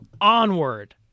Onward